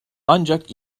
ancak